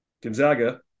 Gonzaga